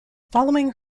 following